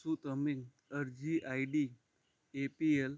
શું તમે અરજી આઇડી એપીએલ